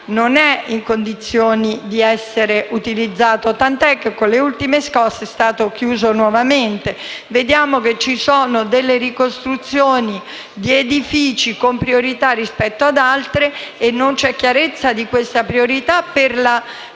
non è in condizioni di essere utilizzato, tant'è che con le ultime scosse è stato nuovamente chiuso. Vediamo che ci sono delle ricostruzioni di edifici che hanno priorità rispetto ad altre e non c'è chiarezza su questa priorità per la